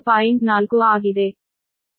4 ಆಗಿದೆ